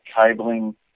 cabling